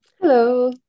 Hello